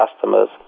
customers